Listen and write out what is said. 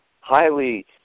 highly